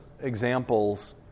examples